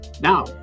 Now